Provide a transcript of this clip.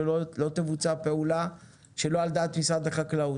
ולא תבוצע פעולה שלא על דעת משרד החקלאות.